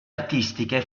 artistiche